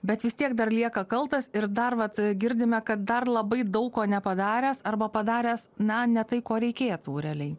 bet vis tiek dar lieka kaltas ir dar vat girdime kad dar labai daug ko nepadaręs arba padaręs na ne tai ko reikėtų realiai